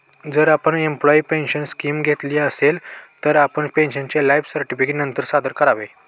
जर आपण employee pension scheme घेतली असेल, तर आपण पेन्शनरचे लाइफ सर्टिफिकेट नंतर सादर करावे